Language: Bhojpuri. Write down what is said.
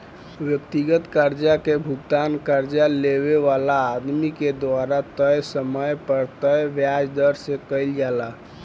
व्यक्तिगत कर्जा के भुगतान कर्जा लेवे वाला आदमी के द्वारा तय समय पर तय ब्याज दर से कईल जाला